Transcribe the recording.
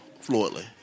fluently